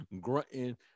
grunting